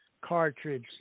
cartridge